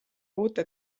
uute